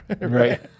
Right